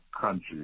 country